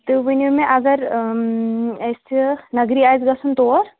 تُہۍ ؤنِو مےٚ اگر اَسہِ نٔگری آسہِ گَژھُن تور